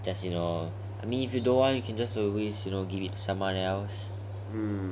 just you know I mean if you don't want you can just always you know give it to someone else